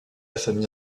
famille